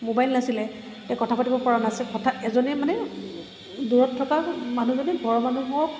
mobile নাছিলে এই কথা পাতিব পৰা নাছিল এজনে মানে দূৰত থকা মানুহজনে ঘৰৰ মানুহবোৰক